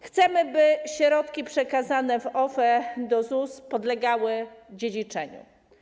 Chcemy, by środki przekazane w OFE do ZUS podlegały dziedziczeniu.